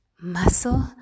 muscle